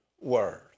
word